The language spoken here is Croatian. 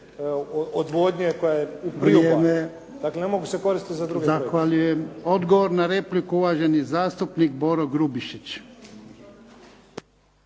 odvodnje koja je u priobalju, dakle ne mogu se koristiti za druge projekte. **Jarnjak, Ivan (HDZ)** Zahvaljujem. Odgovor na repliku uvaženi zastupnik Boro Grubišić.